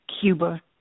Cuba